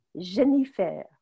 Jennifer